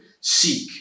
seek